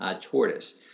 tortoise